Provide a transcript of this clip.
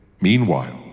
Meanwhile